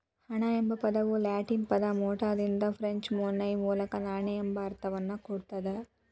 ಹಣ ಎಂಬ ಪದವು ಲ್ಯಾಟಿನ್ ಪದ ಮೊನೆಟಾದಿಂದ ಫ್ರೆಂಚ್ ಮೊನೈ ಮೂಲಕ ನಾಣ್ಯ ಎಂಬ ಅರ್ಥವನ್ನ ಕೊಡ್ತದ